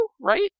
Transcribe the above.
right